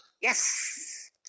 Yes